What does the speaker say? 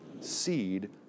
Seed